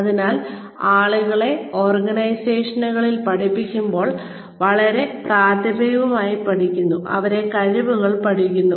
അതിനാൽ ആളുകളെ ഓർഗനൈസേഷനുകളിൽ പഠിപ്പിക്കുമ്പോൾ അവരെ പ്രാഥമികമായി പഠിപ്പിക്കുന്നു അവരെ കഴിവുകൾ പഠിപ്പിക്കുന്നു